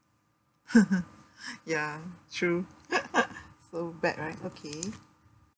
ya true so bad right okay